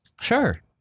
Sure